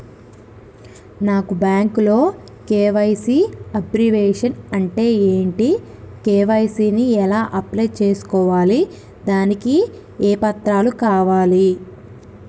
నాకు బ్యాంకులో KYC abbreviation అంటే ఏంటి కే.వై.సీ ని ఎలా అప్లై చేసుకోవాలి దానికి ఏ పత్రాలు కావాలి?